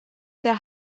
sehr